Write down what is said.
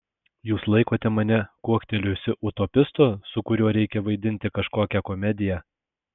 jūs laikote mane kuoktelėjusiu utopistu su kuriuo reikia vaidinti kažkokią komediją